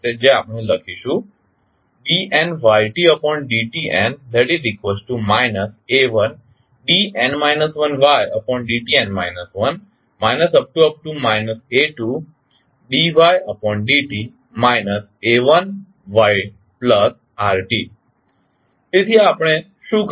જે આપણે લખીશું dnydtn andn 1ytdtn 1 a2dytdt a1ytrt તેથી આપણે શું કર્યું